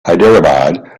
hyderabad